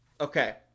Okay